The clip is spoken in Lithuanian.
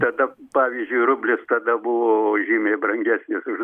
tada pavyzdžiui rublis tada buvo žymiai brangesnis už